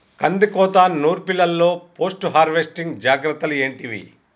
కందికోత నుర్పిల్లలో post harvesting జాగ్రత్తలు ఏంటివి?